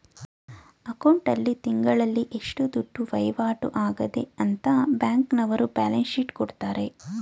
account ಆಲ್ಲಿ ತಿಂಗಳಲ್ಲಿ ಎಷ್ಟು ದುಡ್ಡು ವೈವಾಟು ಆಗದೆ ಅಂತ ಬ್ಯಾಂಕ್ನವರ್ರು ಬ್ಯಾಲನ್ಸ್ ಶೀಟ್ ಕೊಡ್ತಾರೆ